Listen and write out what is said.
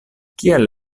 kial